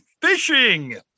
fishing